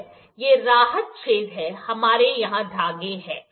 ये राहत छेद हैं हमारे यहां धागे हैं